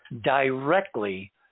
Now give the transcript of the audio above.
directly